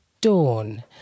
Dawn